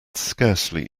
scarcely